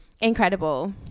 Incredible